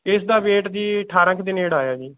ਇਸ ਦਾ ਵੇਟ ਜੀ ਅਠਾਰਾਂ ਕੁ ਦੇ ਨੇੜੇ ਆਇਆ ਜੀ